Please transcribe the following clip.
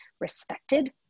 respected